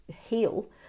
heal